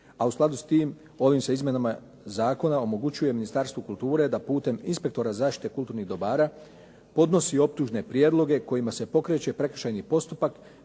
a u skladu s tim ovim se izmjenama zakona omogućuje Ministarstvu kulture da putem inspektora zaštite kulturnih dobara podnosi optužne prijedloge kojima se pokreće prekršajni postupak